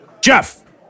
Jeff